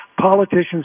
politicians